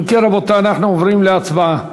אם כן, רבותי, אנחנו עוברים להצבעה.